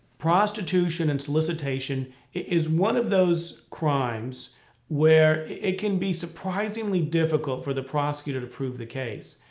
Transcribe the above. prostitution and solicitation is one of those crimes where it can be surprisingly difficult for the prosecutor to prove the case.